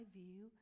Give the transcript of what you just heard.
view